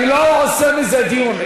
אני לא עושה מזה דיון.